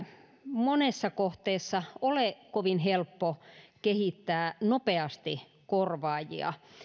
monessa kohteessa ole kovin helppo kehittää nopeasti korvaajia